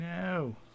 no